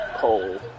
Cold